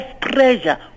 pressure